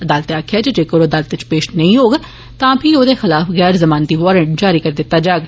अदालतै आक्खेआ ऐ जेकर ओह अदालतै च पेष नेंई होग तां फ्ही ओदे खलाफ गैर जमानती वारंट जारी करी दित्ता जाग